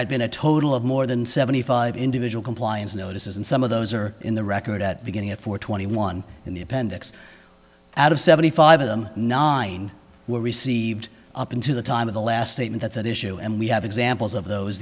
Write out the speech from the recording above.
had been a total of more than seventy five individual compliance notices and some of those are in the record at beginning at four twenty one in the appendix out of seventy five of them nine were received up until the time of the last statement that's at issue and we have examples of those